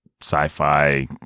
sci-fi